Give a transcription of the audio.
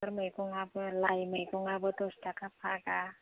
बेसर मैगंआबो लाइ मैगंआबो दस थाखा फागा